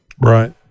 Right